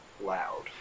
loud